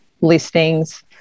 listings